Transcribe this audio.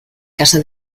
caso